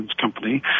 company